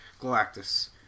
Galactus